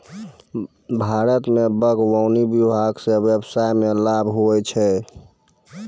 भारत मे बागवानी विभाग से व्यबसाय मे लाभ हुवै छै